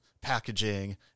packaging